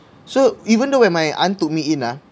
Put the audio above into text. so even though when my aunt took me in ah